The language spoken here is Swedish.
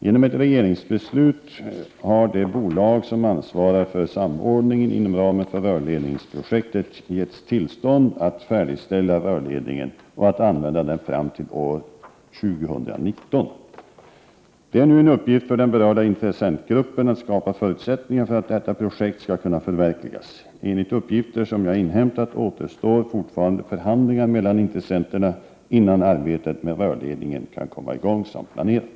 Genom ett regeringsbeslut nyligen har det bolag som ansvarar för samordningen inom ramen för rörledningsprojektet givits tillstånd att färdigställa rörledningen och att använda den fram till år 2019. Det är nu en uppgift för den berörda intressentgruppen att skapa förutsättningar för att detta projekt skall kunna förverkligas. Enligt uppgifter som jag inhämtat återstår fortfarande förhandlingar mellan intressenterna innan arbetet med rörledningen kan komma i gång som planerat.